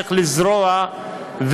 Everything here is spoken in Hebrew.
איך לזרוע,